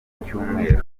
icyumweru